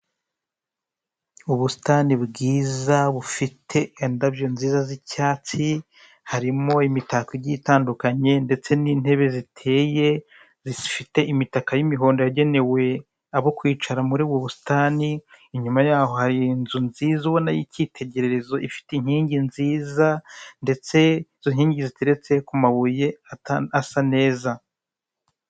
Ubusitani bwiza bufite indabyo nziza z'icyatsi harimo imitako igiye itandukanye ndetse n'intebe ziteye zifite imitaka y'imihondo yagenewe abo kwicara muri ubu busitani inyuma yaho hari inzu nziza ubona icyitegererezo ifite inkingi nziza ndetse izo nkingi ziteretse ku mabuye asa neza.